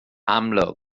amlwg